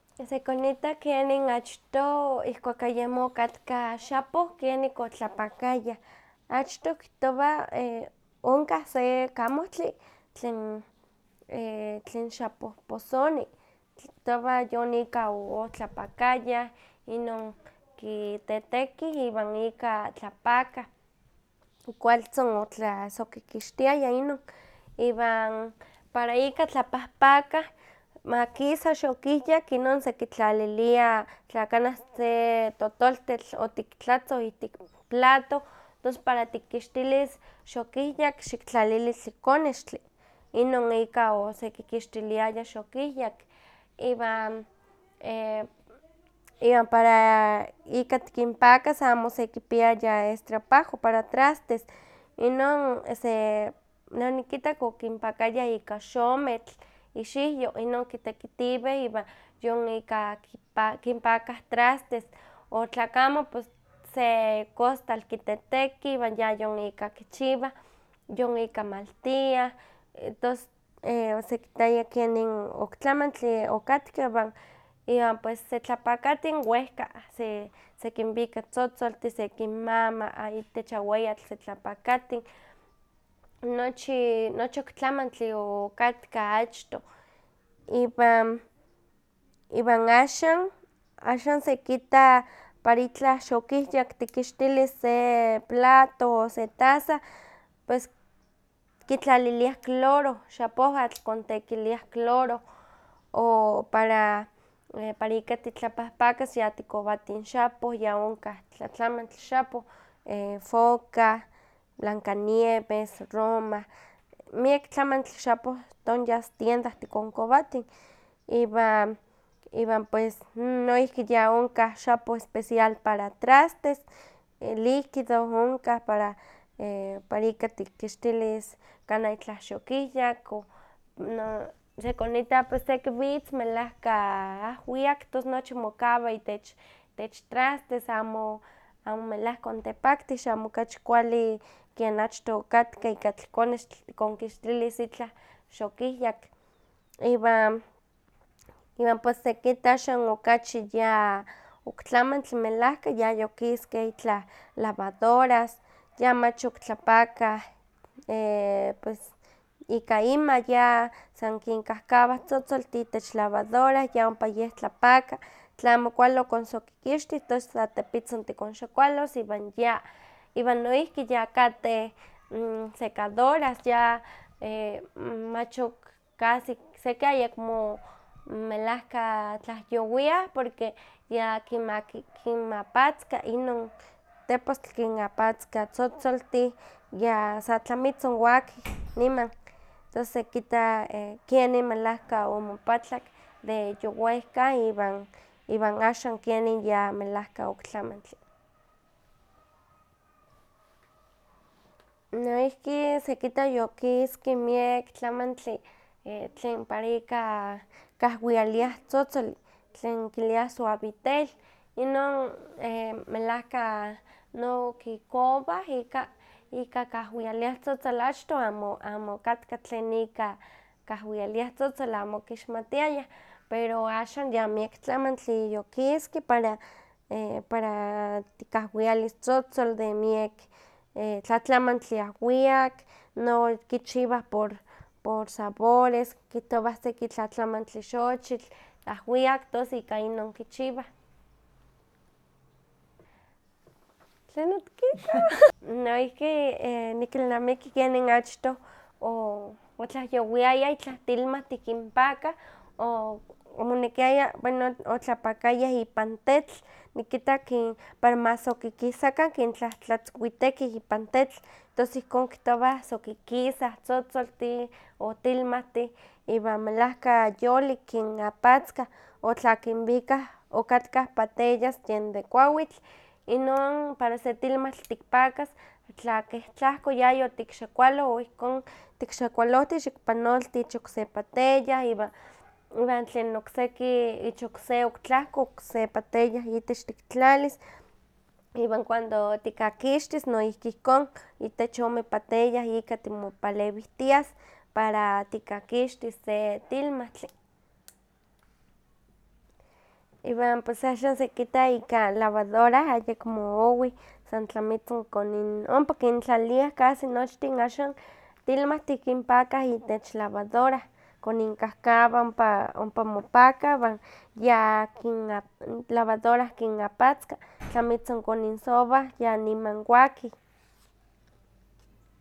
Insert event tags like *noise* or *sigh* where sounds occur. Sekonita kenin achtoh ihkuak ayemo okatka xapo kenik otlapakayah. Achtoh kihtowa ke onkah se kamohtli tlen tlen xapohposoni, kihtowa yon ika otlapakayah, inon kitetekih iwan ika tlapakah, kualtzin otlasokihkixtiaya inon, iwan para ika tlapahpakah, makisa sokihyak inon sekitlalilia tla kanah se totoltetl otiktlatzon ihtik plato, tos para tikixtilis xokihyak xiktlalili tlikonextli, inon ika osekikixtiliaya xokihyak. Iwan *hesitation* iwan para ika tikinpakas, amo osekipiaya estropajo para trastes, inon se ne onikitak okinpakayah ika xometl ixiwyo, inon kitekitiweh iwan yon ika kinpakah trastes, o tlakamo se kostal kitetekih iwan yayon ika kichiwah, yon ika maltiah entos osekitaya kenin oktlamantli okatka iwan pues setlapakatin wehka sekinwika tzotzoltih sekinmama itech aweyatl setlapakatin. Nochi nochi oktlamantli oatka achtoh, iwan iwan axan sekita para itlah xokihyak tikixtilis se plato o se taza pues kitlaliliah cloro, xapohatl kontekiliah cloro, o para para ika titlapahpakas yatikowatin xapoh, ya onkah tlatlamantli xapoh, foca, blanca nieves, roma, miek tlamantli xapoh tonyas tienda tikonkowatin, iwan, iwan pues ya onkah xapoh especial para trastes líquido onkah, para para ika tikixtilis kanah itlah xokihyak o sekonita seki witz melahka ahwiak, tos nochi mokawa itech trastes, amo amo melahka ontepaktih, xamo okachi kuali ken achtoh okatka tikonkixtilis itlah xokihyak, iwan iwan pues sekita axan okachi ya oktlamantli melahka yayokiskeh itlah lavadoras, ya machoktlapakah ika inma, san kinkahkawah tzotzoltih itech lavadora ya ompa yeh tlapaka, tlamo kuali okoksokikixtih tos satepitzin tikonxakualos iwan ya. Iwan noihki yakateh secadoras, ya mach okcasi seki ayekmo melahka tlahyowiah, porque ya kinmapatzka, tepostli kinapatzka tzotzoltih, ya sa tlamitzin waki niman, tos sekita kienin melahka omopatlak de yowehka iwan axan kenin ya melahka ok tlamantli. Noihki sekita yokiski miek tlamantli tlen para ika kahwialiah tzotzoli tlen kiliah suavitel, inon melahka no kikowah ika ika kahwialiah tzotzoli, achtoh amo okatka tlen tlen ika kahwialiah tzotzoli amo okixmatiayah, pero axan ya miak tlamantli okiski para para tikahwialis tzotzol de miek tlatlamantli ahwiak, nokichiwah por sabores kihtowah seki tlatlamantli xochitl ahwiak tos ika inon kichiwah. *laughs* Noihki *hesitation* nikilnamiki kenin achtoh otlahyowiayah itlah tilmahtih kinpaka, omonekiaya, bueno otlapakayah ipan tetl, nikita ki- para masokikikisakah, kintlahtlatzwitekih ipan tecl tos ihkon kihtowah sokikisah tzotzoltih o tilmahtih, iwan melahka yolik kin apatzkah, o tlakinwikah okatkah bateyas tlen de kuawitl, inon para se tilmahtl tikpakas, tla keh tlahko yayotikxakualoh, o ihkon tikxakualohtih, xikpanolti ich okse bateyah iwan iwan tlen okseki ich okse oktlahko ich okse bateyah itech tik tlalis, iwan cuando tikakixtis noihki ihkon, itech ome bateyah ika timopalewihtias para tikakixtis se tilmahtli. Iwan pus axan sekita ika lavadora ayekmo owi, san tlamitzin ompa kintlalia casi nochtin axan tilmahtih kinpakah itech lavadora, koninkahkawah ompa mopakah iwan ya lavadora kina- lavadora kinmapatzka, tlamitzin koninsowah ya niman wakih.